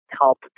help